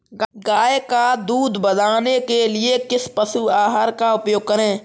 गाय का दूध बढ़ाने के लिए किस पशु आहार का उपयोग करें?